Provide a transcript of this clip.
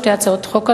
שתי הצעות החוק הללו.